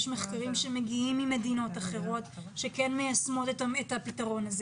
יש מחקרים שמגיעים ממדינות אחרות שכן מיישמות את הפתרון הזה.